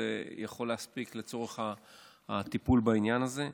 זה יכול להספיק לצורך הטיפול בעניין הזה,